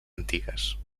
antigues